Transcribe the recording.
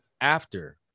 after-